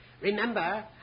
Remember